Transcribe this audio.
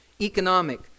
economic